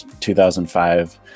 2005